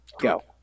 Go